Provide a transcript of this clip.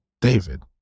David